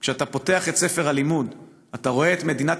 כשאתה פותח את ספר הלימוד אתה רואה את מדינת